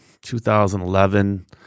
2011